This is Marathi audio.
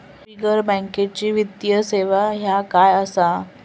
बिगर बँकेची वित्तीय सेवा ह्या काय असा?